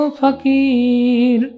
Fakir